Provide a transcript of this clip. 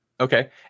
Okay